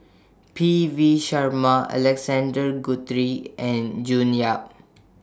P V Sharma Alexander Guthrie and June Yap